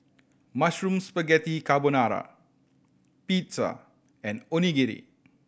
Mushroom Spaghetti Carbonara Pizza and Onigiri